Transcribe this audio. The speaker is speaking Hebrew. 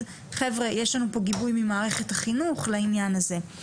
'חבר'ה יש לנו פה גיבוי ממערכת החינוך לעניין הזה'.